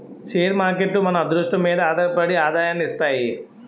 share మార్కేట్లు మన అదృష్టం మీదే ఆధారపడి ఆదాయాన్ని ఇస్తాయి